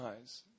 eyes